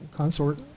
consort